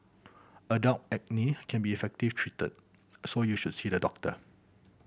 adult acne can be effective treated so you should see the doctor